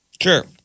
Sure